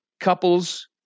Couples